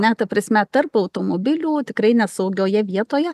ne ta prasme tarp automobilių tikrai nesaugioje vietoje